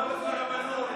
רבנות,